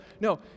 No